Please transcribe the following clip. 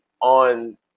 on